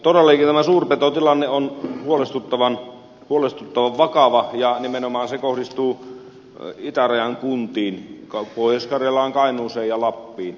todellakin suurpetotilanne on huolestuttavan vakava ja nimenomaan se kohdistuu itärajan kuntiin pohjois karjalaan kainuuseen ja lappiin